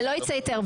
ולא יצא היתר.